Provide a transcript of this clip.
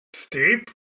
Steve